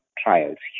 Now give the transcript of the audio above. trials